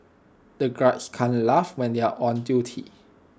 the guards can't laugh when they are on duty